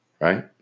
Right